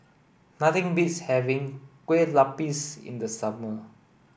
nothing beats having Kueh Lupis in the summer